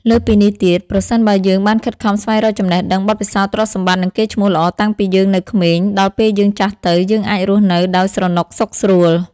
លើសពីនេះទៀត ប្រសិនបើយើងបានខិតខំស្វែងរកចំណេះដឹង បទពិសោធន៍ ទ្រព្យសម្បត្តិ និងកេរ្ដិ៍ឈ្មោះល្អតាំងពីយើងនៅក្មេង ដល់ពេលយើងចាស់ទៅ យើងអាចរស់នៅដោយស្រណុកសុខស្រួល។